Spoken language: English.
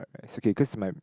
it's okay cause my